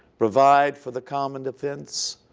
provide for the common defense,